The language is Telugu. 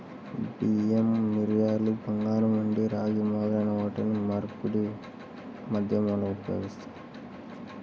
బియ్యం, మిరియాలు, బంగారం, వెండి, రాగి మొదలైన వాటిని మార్పిడి మాధ్యమాలుగా ఉపయోగిస్తారు